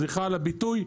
סליחה על הביטוי.